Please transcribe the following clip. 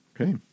Okay